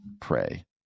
pray